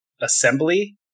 Assembly